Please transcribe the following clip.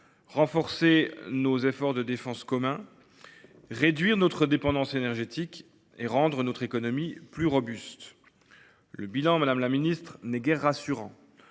renforcer nos efforts de défense communs, réduire notre dépendance énergétique et rendre notre économie plus robuste. Madame la secrétaire d’État, le bilan n’est guère rassurant